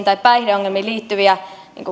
tai päihteisiin liittyviä